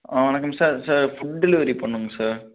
ஆ வணக்கம் sir sir food delivery பண்ணணுங்க sir